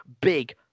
big